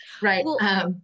right